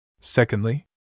Secondly